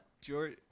George